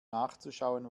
nachzuschauen